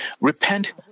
repent